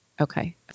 Okay